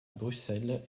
bruxelles